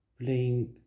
playing